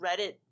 Reddit